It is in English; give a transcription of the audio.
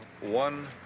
one